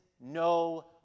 no